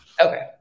Okay